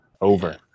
Over